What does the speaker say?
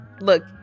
Look